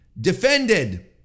defended